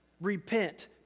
Repent